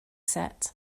set